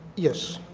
yes